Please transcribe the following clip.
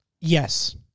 Yes